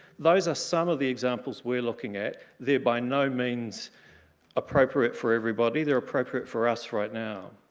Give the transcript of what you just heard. those are some of the examples we are looking at. they are by no means appropriate for everybody they are appropriate for us right now.